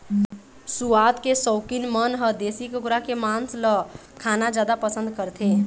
सुवाद के सउकीन मन ह देशी कुकरा के मांस ल खाना जादा पसंद करथे